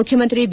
ಮುಖ್ಯಮಂತ್ರಿ ಬಿ